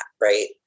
right